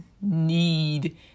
need